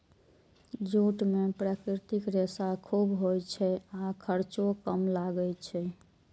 jute मे प्राकृतिक रेशा खूब होइ छै आ खर्चो कम लागै छै